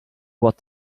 what